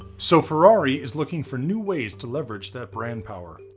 so ferrari is looking for new ways to leverage that brand power.